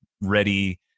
ready